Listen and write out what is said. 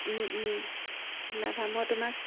ওলাবা মই তোমাক